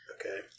Okay